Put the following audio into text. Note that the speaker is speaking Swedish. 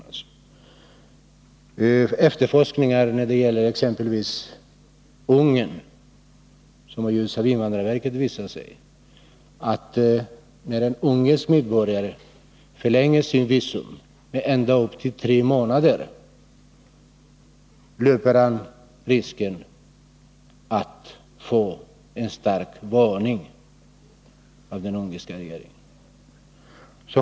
När det — för att ta ett exempel — gäller ungerska medborgare har det ju beträffande invandrarverkets behandling visat sig att om en ungersk medborgare låter förlänga sitt visum med ända upp till tre månader, så löper han risken att få en stark varning av den ungerska regeringen.